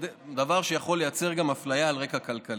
דבר שיכול לייצר גם אפליה על רקע כלכלי.